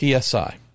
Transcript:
psi